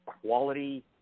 quality